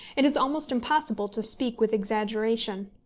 it is almost impossible to speak with exaggeration.